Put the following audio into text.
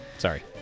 Sorry